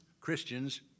Christians